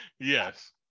yes